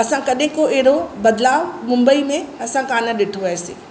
असां कॾहिं को अहिड़ो बदलाउ मुंबई में असां कान ॾिठो आहे से